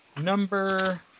number